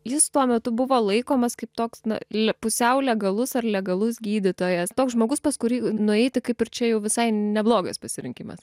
jis tuo metu buvo laikomas kaip toks na l pusiau legalus ar legalus gydytojas toks žmogus pas kurį nueiti kaip ir čia jau visai neblogas pasirinkimas